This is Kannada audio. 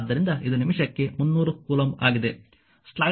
ಆದ್ದರಿಂದ ಇದು ನಿಮಿಷಕ್ಕೆ 300 ಕೂಲಂಬ್ ಆಗಿದೆ